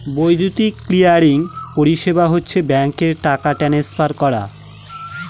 বৈদ্যুতিক ক্লিয়ারিং পরিষেবা হচ্ছে ব্যাঙ্কে টাকা ট্রান্সফার করা